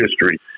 history